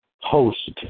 host